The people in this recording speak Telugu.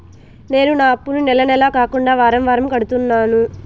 నేను నా అప్పుని నెల నెల కాకుండా వారం వారం కడుతున్నాను